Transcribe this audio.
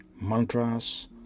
mantras